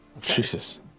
Jesus